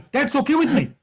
that's okay with me.